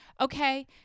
okay